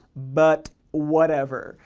but, whatever.